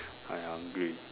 I hungry